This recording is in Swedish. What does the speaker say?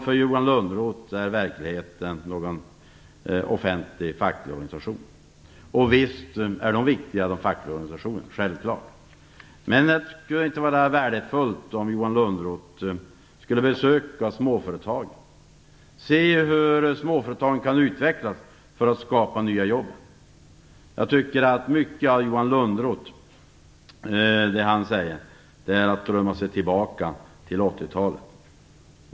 För Johan Lönnroth är verkligheten någon offentlig facklig organisation. Visst är de fackliga organisationerna viktiga, men det skulle vara värdefullt om Johan Lönnroth besökte småföretagen och såg hur småföretagen skulle kunna utvecklas för att skapa nya jobb. Mycket av vad Johan Lönnroth säger innebär att man drömmer sig tillbaka till 1980-talet.